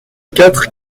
quatre